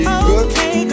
okay